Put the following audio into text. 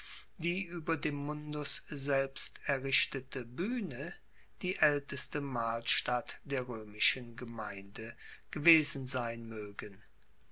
die ueber dem mundus selbst errichtete buehne die aelteste mahlstatt der roemischen gemeinde gewesen sein moegen